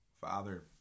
Father